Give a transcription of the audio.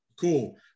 Cool